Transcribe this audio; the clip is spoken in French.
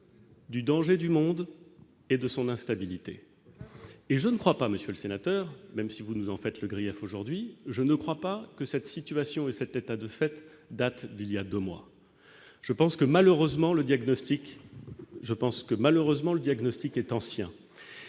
du danger du monde et de son instabilité et je ne crois pas, Monsieur le Sénateur, même si vous nous en faites le grief aujourd'hui, je ne crois pas que cette situation et cet état de fait date d'il y a 2 mois, je pense que malheureusement le diagnostic, je